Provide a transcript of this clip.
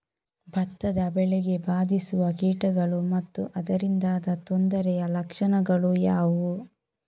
ಭತ್ತದ ಬೆಳೆಗೆ ಬಾರಿಸುವ ಕೀಟಗಳು ಮತ್ತು ಅದರಿಂದಾದ ತೊಂದರೆಯ ಲಕ್ಷಣಗಳು ಯಾವುವು?